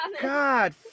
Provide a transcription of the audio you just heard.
god